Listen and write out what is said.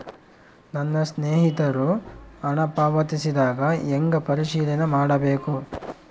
ನನ್ನ ಸ್ನೇಹಿತರು ಹಣ ಪಾವತಿಸಿದಾಗ ಹೆಂಗ ಪರಿಶೇಲನೆ ಮಾಡಬೇಕು?